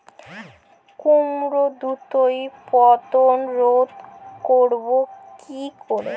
কুমড়োর দ্রুত পতন রোধ করব কি করে?